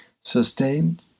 sustained